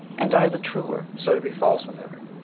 and i the truer so to be false with her.